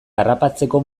harrapatzeko